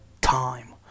time